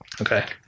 Okay